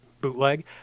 bootleg